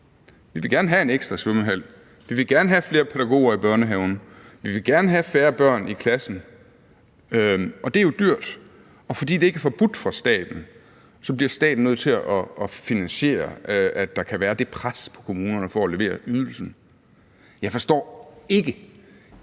vi vil gerne have en ekstra svømmehal, vi vil gerne have flere pædagoger i børnehaven, vi vil gerne have færre børn i klassen. Det er jo dyrt, og fordi det ikke er forbudt for staten, så bliver staten nødt til at finansiere, at der kan være det pres på kommunerne for at levere ydelsen. Jeg forstår ikke